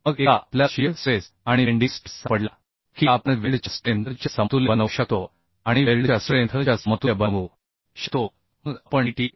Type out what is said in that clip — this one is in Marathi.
मग एकदा आपल्याला शियर स्ट्रेस आणि बेंडिंग स्ट्रेस सापडला की आपण वेल्डच्या स्ट्रेंथ च्या समतुल्य बनवू शकतो आणि वेल्डच्या स्ट्रेंथ च्या समतुल्य बनवू शकतो मग आपण TT